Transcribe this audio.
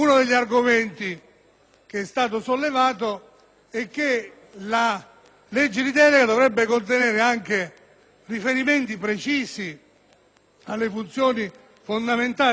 argomenti sollevati è che la legge di delega dovrebbe contenere anche riferimenti precisi alle funzioni fondamentali e ai livelli essenziali,